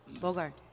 Bogart